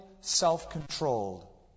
self-controlled